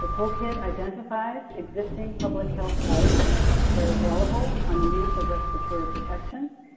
the toolkit identifies existing public health guidance where available on the use of respiratory protections.